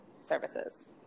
services